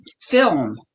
film